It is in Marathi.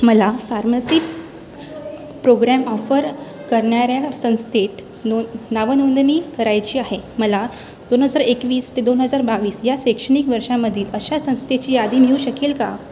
मला फार्मसीत प्रोग्रॅम ऑफर करणाऱ्या संस्थेत नोन नावनोंदणी करायची आहे मला दोन हजार एकवीस ते दोन हजार बावीस या शैक्षणिक वर्षामधील अशा संस्थेची यादी मिळू शकेल का